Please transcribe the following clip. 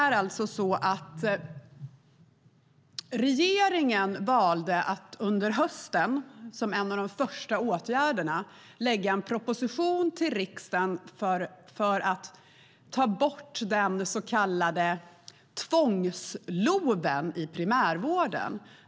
Regeringen valde att som en av de första åtgärderna under hösten lägga fram en proposition för riksdagen för att ta bort den så kallade tvångs-LOV i primärvården.